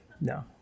No